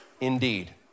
indeed